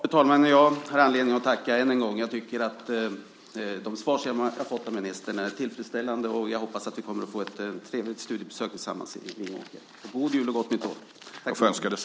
Fru talman! Jag har anledning att än en gång tacka. Jag tycker att de svar som jag har fått av ministern är tillfredsställande. Och jag hoppas att vi kommer att få ett trevligt studiebesök tillsammans i Vingåker. God jul och gott nytt år.